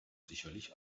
sicherlich